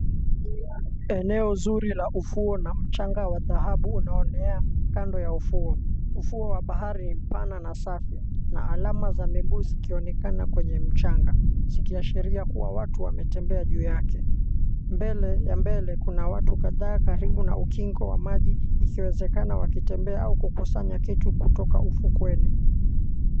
Eneo nzuri la ufuo na mchanga wa dhahabu unaonea kando ya ufuo. Ufuo wa bahari ni mpana na safi na alama za miguu zikionekana kwenye mchanga zikiashiria kuwa watu wametembea juu yake. Mbele ya mbele kuna watu kadhaa karibu na ukingo wa maji ikiwezekana wakitembea au kukusanya kitu kutoka ufukweni.